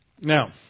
Now